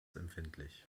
empfindlich